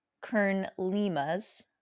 Kern-Lima's